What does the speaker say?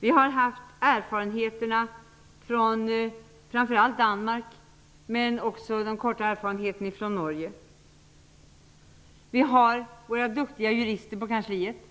del av erfarenheterna från framför allt Danmark men också från den korta perioden i Norge. Vi har duktiga jurister på kansliet.